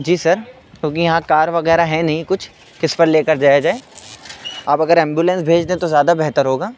جی sir کیونکہ یہاں car وغیرہ ہے نہیں کچھ کس پر لے کر جایا جائے آپ اگر ایمبولینس بھیج دیں تو زیادہ بہتر ہوگا